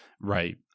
Right